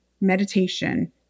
meditation